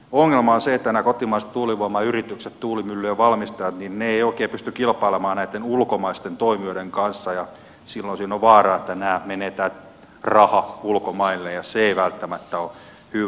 ongelma on se että nämä kotimaiset tuulivoimayritykset tuulimyllyjen valmistajat eivät oikein pysty kilpailemaan ulkomaisten toimijoiden kanssa ja silloin siinä on vaara että tämä raha menee ulkomaille ja se ei välttämättä ole hyvä